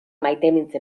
maitemintze